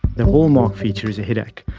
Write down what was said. the hallmark feature is a headache,